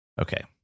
Okay